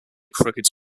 crooked